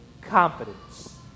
confidence